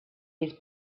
his